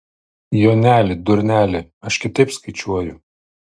joneli durneli aš kitaip skaičiuoju